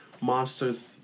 monsters